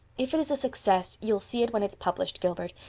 if it is a success you'll see it when it is published, gilbert,